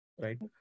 Right